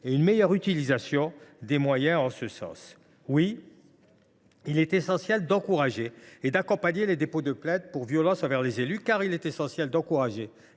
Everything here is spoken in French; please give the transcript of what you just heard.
et une meilleure utilisation des moyens en ce sens. Oui, il est essentiel d’encourager et d’accompagner les dépôts de plainte pour violences envers les élus, car il est essentiel d’encourager